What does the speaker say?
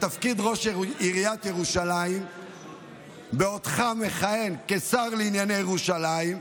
לתפקיד ראש עיריית ירושלים בעודך מכהן כשר לענייני ירושלים,